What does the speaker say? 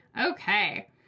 Okay